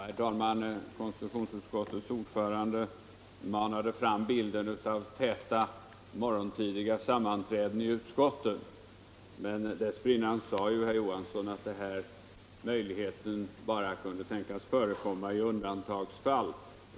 Herr talman! Konstitutionsutskottets ordförande manade fram bilden av täta morgontidiga sammanträden i utskotten. Men dessförinnan sade herr Johansson i Trollhättan själv att den här möjligheten bara kunde tänkas användas i undantagsfall.